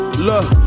Look